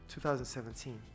2017